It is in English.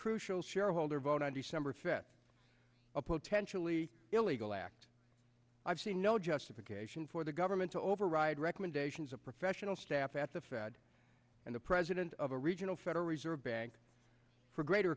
crucial shareholder vote on december fifth a potentially illegal act i've seen no justification for the government to override recommendations of professional staff at the fed and the president of a regional federal reserve bank for greater